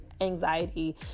anxiety